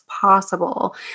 possible